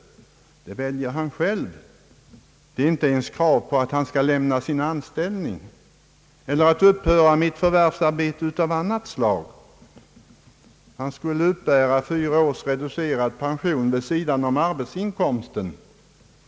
Här väljer var och en själv. Det skulle inte ens finnas krav på att han skulle lämna sin anställning eller upphöra med förvärvsarbete av annat slag. Han skulle uppbära fyra års reducerad pension vid sidan om arbetsinkomsten.